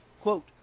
quote